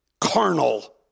carnal